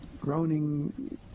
groaning